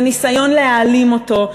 וניסיון להעלים אותו,